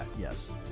yes